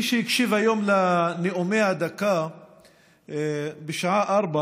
מי שהקשיב היום לנאומים בני דקה בשעה 16:00,